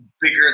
bigger